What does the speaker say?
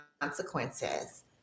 consequences